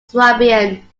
swabian